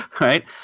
right